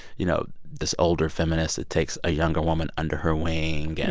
you know, this older feminist that takes a younger woman under her wing yeah